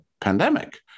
pandemic